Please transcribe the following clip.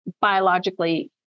biologically